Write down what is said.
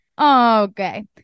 Okay